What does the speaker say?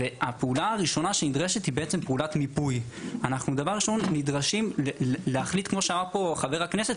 הפעולה הראשונה שנדרשת היא פעולת מיפוי: כמו שאמר חבר הכנסת,